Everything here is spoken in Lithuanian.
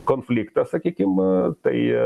konfliktas sakykim tai